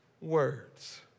words